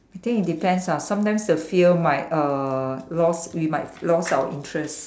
I think it depends ah sometimes the fear might uh lost we might lost our interest